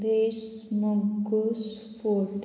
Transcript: Reis Magos fort